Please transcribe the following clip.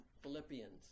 Philippians